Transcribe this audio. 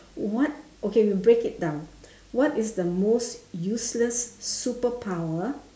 what okay we break it down what is the most useless superpower